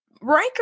Riker